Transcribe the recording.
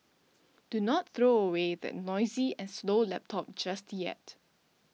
do not throw away that noisy and slow laptop just yet